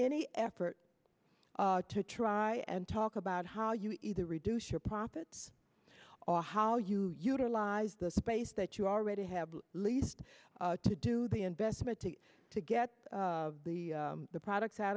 any effort to try and talk about how you either reduce your profits or how you utilize the space that you already have least to do the investment to to get the the products out